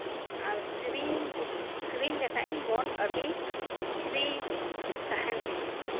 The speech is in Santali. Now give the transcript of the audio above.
ᱟᱨ ᱥᱮᱨᱮᱧ ᱞᱮᱠᱷᱟᱡᱤᱧ ᱢᱚᱱ ᱟᱹᱰᱤ ᱯᱷᱨᱤ ᱛᱟᱦᱮᱱ ᱛᱤᱧᱟᱹ